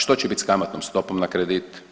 Što će biti s kamatnom stopom na kredit?